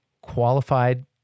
qualified